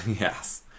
yes